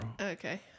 Okay